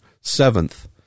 seventh